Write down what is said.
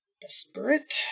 Desperate